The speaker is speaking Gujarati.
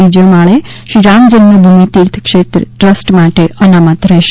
બીજો માળે શ્રી રામ જન્મ ભૂમિ તીર્થ શેત્ર ટ્રસ્ટ માટે અનામત રહેશે